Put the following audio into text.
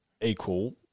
equal